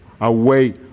away